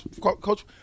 Coach